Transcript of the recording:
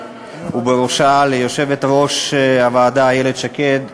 ובראשה יושבת-ראש הוועדה איילת שקד,